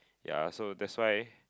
ya so that's why